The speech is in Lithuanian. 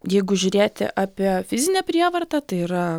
jeigu žiūrėti apie fizinę prievartą tai yra